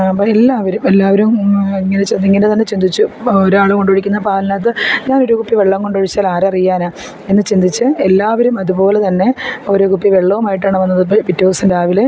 അപ എല്ലാവരും എല്ലാവരും ഇങ്ങനെ ചെ ഇങ്ങനെ തന്നെ ചിന്തിച്ചു ഒരാൾ കൊണ്ടൊഴിക്കുന്ന പാലിനകത്ത് ഞാൻ ഒരു കുപ്പി വെള്ളം കൊണ്ടൊഴിച്ചാലാരറിയാനാണ് എന്നു ചിന്തിച്ച് എല്ലാവരും അതുപോലെ തന്നെ ഓരോ കുപ്പി വെള്ളവുമായിട്ടാണ് വന്നത് പിറ്റേദിവസം രാവിലെ